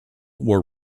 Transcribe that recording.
were